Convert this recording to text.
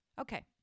Okay